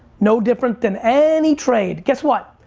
no different than any trade, guess what?